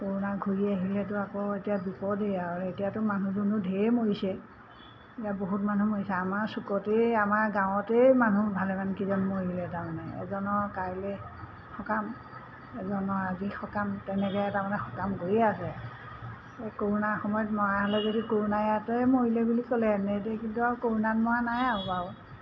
corona ঘূৰি আহিলেতো আকৌ এতিয়া বিপদেই আৰু এতিয়াতো মানুহ দুনুহ ঢেৰ মৰিছে এতিয়া বহুত মানুহ মৰিছে আমাৰ চুকতেই আমাৰ গাঁৱতেই মানুহ ভালেমান কেইজন মৰিলে তাৰ মানে এজনৰ কাইলৈ সকাম এজনৰ আজি সকাম তেনেকৈ তাৰ মানে সকাম গৈয়ে আছে এই কৰোনাৰ সময়ত মৰা হ'লে যদি কৰোনাতে মৰিলে বুলি ক'লে হেতেন কিন্তু আৰু কৰোনাত মৰা নাই আৰু বাৰু